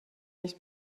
nicht